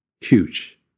Huge